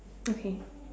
okay